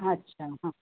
अच्छा हां